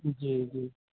جی جی